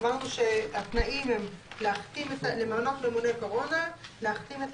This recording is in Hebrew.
אמרנו שהתנאים הם למנות ממונה קורונה, להחתים את